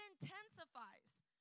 intensifies